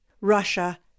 Russia